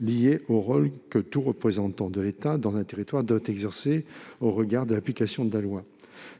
lié au rôle que tout représentant de l'État dans un territoire doit exercer au regard de l'application de la loi.